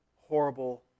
horrible